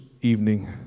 evening